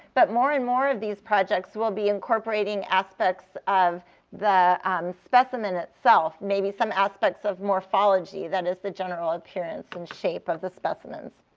but more and more of these projects will be incorporating aspects of the um specimen itself, maybe some aspects of morphology that is, the general appearance and shape of the specimens.